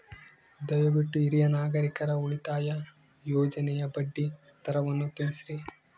ದಯವಿಟ್ಟು ಹಿರಿಯ ನಾಗರಿಕರ ಉಳಿತಾಯ ಯೋಜನೆಯ ಬಡ್ಡಿ ದರವನ್ನು ತಿಳಿಸ್ರಿ